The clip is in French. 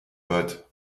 pote